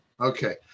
Okay